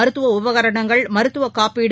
மருத்துவ உபகரணங்கள் மருத்துவக் காப்பீடு